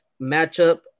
matchup